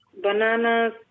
Bananas